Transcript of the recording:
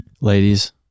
Ladies